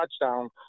touchdown